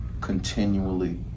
continually